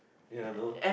ya no